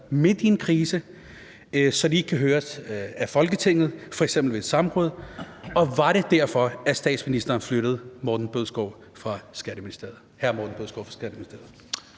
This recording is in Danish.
midt i en krise, så vedkommende ikke kan høres af Folketinget, f.eks. ved et samråd, og var det derfor, at statsministeren flyttede hr. Morten Bødskov fra Skatteministeriet?